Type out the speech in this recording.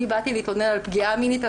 אני באתי להתלונן על פגיעה מינית,